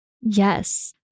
Yes